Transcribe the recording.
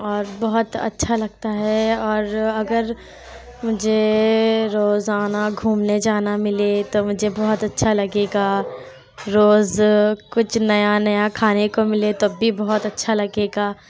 اور بہت اچھا لگتا ہے اور اگر مجھے روزانہ گھومنے جانا ملے تو مجھے بہت اچھا لگے گا روز کچھ نیا نیا کھانے کو ملے تب بھی بہت اچھا لگے گا